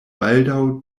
baldaŭ